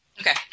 Okay